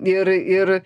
ir ir